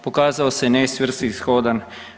Pokazao se nesvrsishodan.